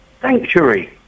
Sanctuary